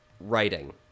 Writing